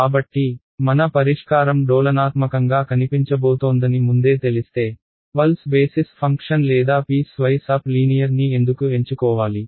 కాబట్టి మన పరిష్కారం డోలనాత్మకంగా కనిపించబోతోందని ముందే తెలిస్తే పల్స్ బేసిస్ ఫంక్షన్ లేదా పీస్వైస్ అప్ లీనియర్ని ఎందుకు ఎంచుకోవాలి